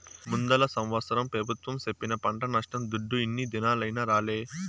ముందల సంవత్సరం పెబుత్వం సెప్పిన పంట నష్టం దుడ్డు ఇన్ని దినాలైనా రాలే